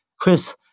Chris